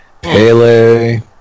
Pele